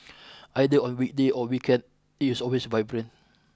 either on weekday or weekend it is always vibrant